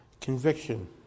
conviction